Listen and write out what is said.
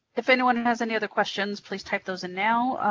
if anyone has any other questions, please type those in now.